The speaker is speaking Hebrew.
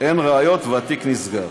אין ראיות והתיק נסגר.